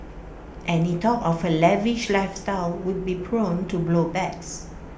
any talk of her lavish lifestyle would be prone to blow backs